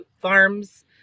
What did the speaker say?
Farms